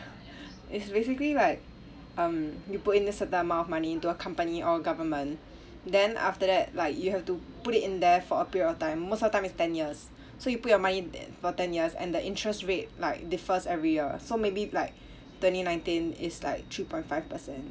it's basically like um you put in a certain amount of money to a company or government then after that like you have to put it in there for a period of time most of the time is ten years so you put your money for ten years and the interest rate like differs every year so maybe like twenty nineteen is like three point five percent